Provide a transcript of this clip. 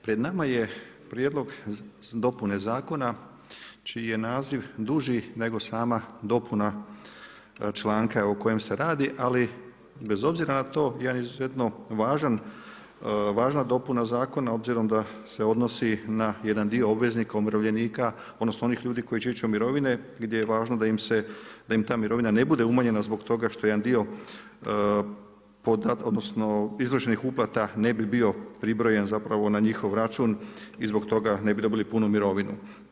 Pred nama je prijedlog dopune zakona čiji je naziv duži nego sama dopuna članka o kojem se radi ali bez obzira na to je izuzetno važna dopuna zakona obzirom da se odnosi na jedan dio obveznika umirovljenika odnosno onih ljudi koji će ići u mirovine gdje je važno da im ta mirovina ne bude umanjena zbog toga što jedan dio izvršenih uplata ne bi bio pribrojen zapravo na njihov račun i zbog toga ne bi dobili punu mirovinu.